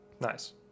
Nice